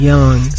Young